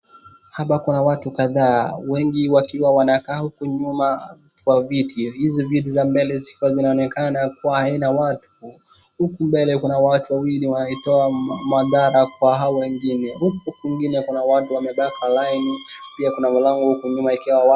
Hapa kuna watu kadhaa wengi wakiwa wanakaa huku nyuma kwa viti. Hizi viti za mbele zikiwa zinaonekana kuwa haina watu. Huku mbele kuna watu wawili wanaitoa madhara kwa hawa wengine. Huku kwingine kuna watu wamepanga laini, pia kuna mlango huku nyuma ikiwa.